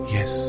Yes